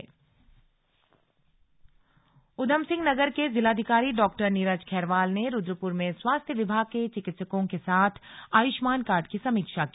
slug Ayushman card Udham Singh Nagar के जिलाधिकारी डॉ नीरज खैरवाल ने रुद्रपुर में स्वास्थ्य विभाग के चिकित्सकों के साथ आयुष्मान कार्ड की समीक्षा की